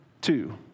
two